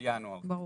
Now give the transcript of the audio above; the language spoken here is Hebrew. ברור.